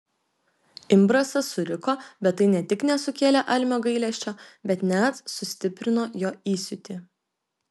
imbrasas suriko bet tai ne tik nesukėlė almio gailesčio bet net sustiprino jo įsiūtį